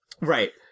Right